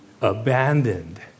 abandoned